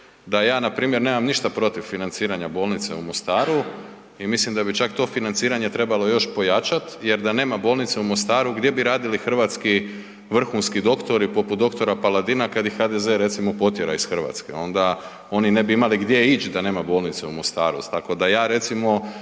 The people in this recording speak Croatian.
da ja npr. nemam ništa protiv financiranja bolnice u Mostaru i mislim da bi čak to financiranje trebalo još pojačati jer da nema bolnice u Mostaru, gdje bi radili hrvatski vrhunski doktori poput dr. Paladina, kad ih HDZ recimo potjera iz Hrvatske? Onda oni ne bi imali gdje ići da nema bolnice u Mostaru.